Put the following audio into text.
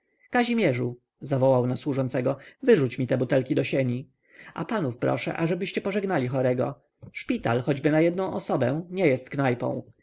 pacyenta kazimierzu zawołał na służącego wyrzuć mi te butelki do sieni a panów proszę ażebyście pożegnali chorego szpital choćby na jednę osobę nie jest